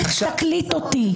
תקליט אותי.